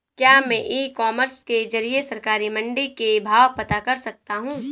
क्या मैं e commerce के ज़रिए सरकारी मंडी के भाव पता कर सकता हूँ?